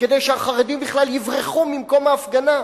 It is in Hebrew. כדי שהחרדים בכלל יברחו ממקום ההפגנה,